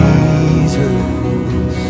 Jesus